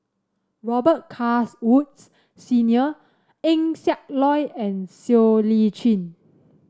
Robet Carr Woods Senior Eng Siak Loy and Siow Lee Chin